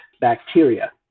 bacteria